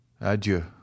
Adieu